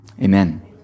amen